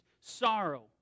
sorrow